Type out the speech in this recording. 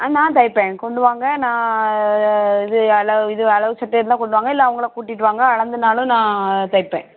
நான் தைப்பேன் கொண்டு வாங்க நான் இது அளவு இது அளவு சட்டை இருந்தால் கொண்டு வாங்க இல்லை அவங்கள கூட்டிகிட்டு வாங்க அளந்துனாலும் நான் தைப்பேன்